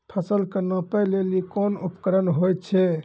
फसल कऽ नापै लेली कोन उपकरण होय छै?